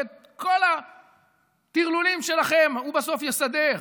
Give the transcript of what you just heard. ואת כל הטרלולים שלכם הוא בסוף יסדר.